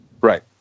Right